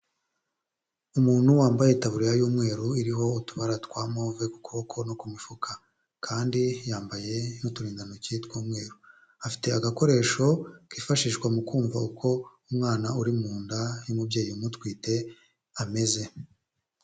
Umuntu wambaye itaburiya y'umweru iriho utubara twa move ku kuboko no ku mifuka, kandi yambaye n'uturindantoki tw'umweru, afite agakoresho kifashishwa mu kumva uko umwana uri mu nda y'umubyeyi umutwite ameze.